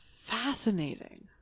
fascinating